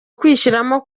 kwishyiramo